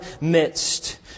midst